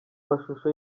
mashusho